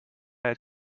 had